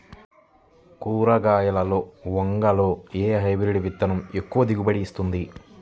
కూరగాయలలో వంగలో ఏ హైబ్రిడ్ విత్తనం ఎక్కువ దిగుబడిని ఇస్తుంది?